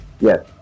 Yes